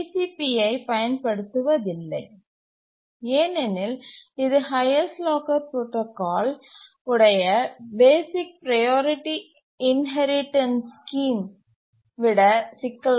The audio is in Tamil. பியை பயன்படுத்துவதில்லை ஏனெனில் இது ஹைஎஸ்ட் லாக்கர் புரோடாகால் உடைய பேசிக் ப்ரையாரிட்டி இன்ஹெரிடன்ஸ் ஸ்கீம் விட சிக்கலானது